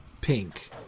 pink